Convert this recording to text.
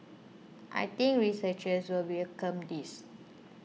I think researchers will welcome this